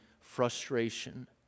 frustration